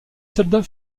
soldats